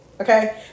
okay